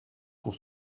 pour